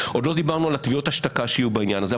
עוד לא דיברנו על תביעות ההשתקה שיהיו בעניין הזה,